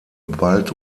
bald